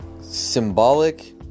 symbolic